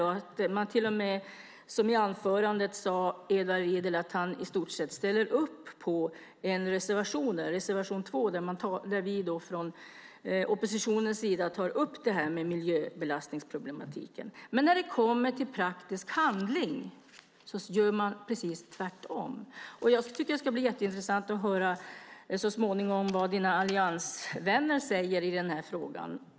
I sitt anförande sade Edward Riedl till och med att han i stort sett ställer upp på en reservation, reservation 2, där vi från oppositionens sida tar upp miljöbelastningsproblematiken, men när det kommer till praktisk handling gör man precis tvärtom. Jag tycker att det ska bli jätteintressant att så småningom få höra vad dina alliansvänner säger i den här frågan.